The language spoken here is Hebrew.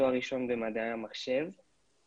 תואר ראשון במדעי המחשב אותו